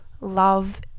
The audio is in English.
love